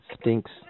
stinks